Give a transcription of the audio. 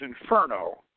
Inferno